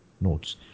notes